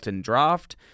Draft